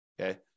okay